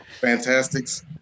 Fantastics